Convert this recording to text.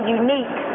unique